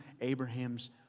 Abraham's